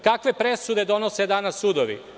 Kakve presude donose danas sudovi?